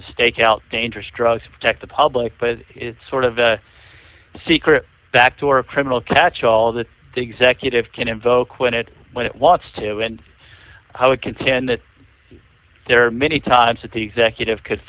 stake out dangerous drugs protect the public but it's sort of a secret back to our criminal catch all the executive can invoke when it when it wants to and how it can stand that there are many times that the executive could